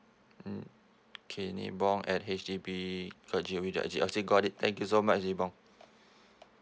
mm okay nee bong at H D B dot g o v dot s g got it thank you so much nee bong